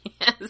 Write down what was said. Yes